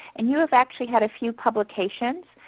and you have actually had a few publications,